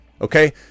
okay